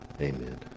Amen